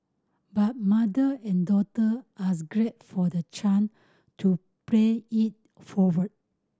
but mother and daughter as grate for the to pay it forward